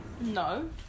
No